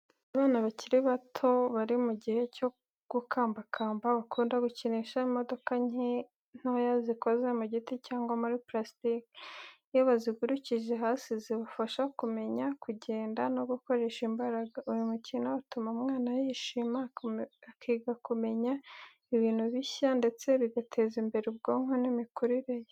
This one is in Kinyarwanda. Abana bakiri bato, bari mu gihe cyo gukambakamba, bakunda gukinisha imodoka ntoya zikoze mu giti cyangwa muri purasitiki. Iyo bazigurukije hasi, zibafasha kumenya kugenda no gukoresha imbaraga. Uyu mukino utuma umwana yishima, akiga kumenya ibintu bishya, ndetse bigateza imbere ubwonko n’imikurire ye.